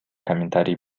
комментарий